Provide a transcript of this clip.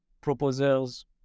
proposers